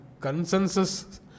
consensus